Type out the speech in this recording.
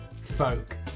folk